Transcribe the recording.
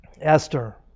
Esther